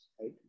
right